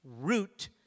root